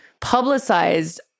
publicized